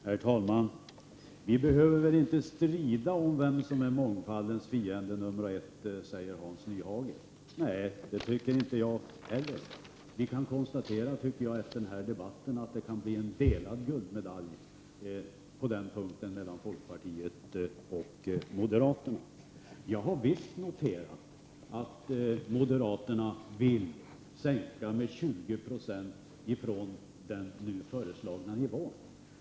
Herr talman! Vi behöver väl inte strida om vem som är mångfaldens fiende nr 1, säger Hans Nyhage. Nej, det tycker inte jag heller. Jag tycker att vi efter denna debatt kan konstatera att det kan bli en delad guldmedalj på den punkten mellan folkpartiet och moderaterna. Jag har visst noterat att moderaterna vill minska presstödet med 20 96 från den nu föreslagna nivån.